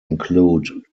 include